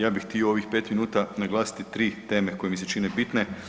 Ja bih htio u ovih pet minuta naglasiti tri teme koje mi se čine bitne.